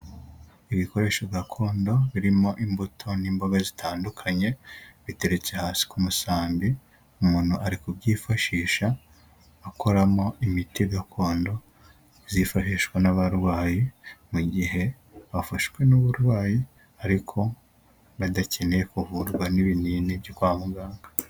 Ibikoresho gakondo birimo imbuto n'imboga zitandukanye biteretse ku musambi umuntu ari kubyifashisha akoramo imiti gakondo byifashishwa n'abarwayi mu gihe bafashwe n'uburwayi ariko badakeneye kuvurwa n'ibinini byo kwa muganga.